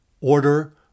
order